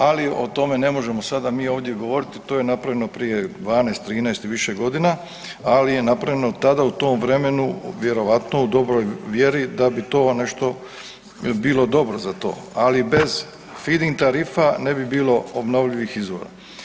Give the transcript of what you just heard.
Ali o tome ne možemo mi sada ovdje govoriti, to je napravljeno prije 12, 13 i više godina, ali je napravljeno tada u tom vremenu vjerovatno u dobroj vjeri da bi to nešto bilo dobro za to, ali bez feed-in tarifa ne bi bilo obnovljivih izvora.